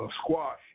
squash